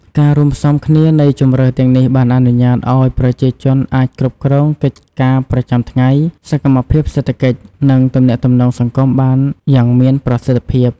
ការរួមផ្សំគ្នានៃជម្រើសទាំងនេះបានអនុញ្ញាតឱ្យប្រជាជនអាចគ្រប់គ្រងកិច្ចការប្រចាំថ្ងៃ សកម្មភាពសេដ្ឋកិច្ច និងទំនាក់ទំនងសង្គមបានយ៉ាងមានប្រសិទ្ធភាព។